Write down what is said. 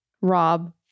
rob